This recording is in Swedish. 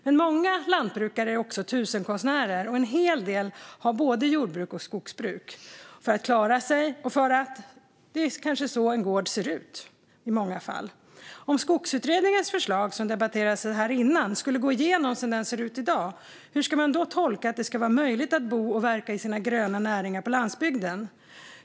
Men många lantbrukare är tusenkonstnärer, och en hel del av dem har både jordbruk och skogsbruk för att klara sig och för att det kanske är så gården ser ut. Om Skogsutredningens förslag som debatterades här innan skulle gå igenom som det ser ut i dag, hur ska man då tolka att det ska vara möjligt att bo och verka i sina gröna näringar på landsbygden?